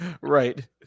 right